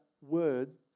word